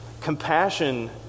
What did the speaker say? Compassion